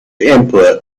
input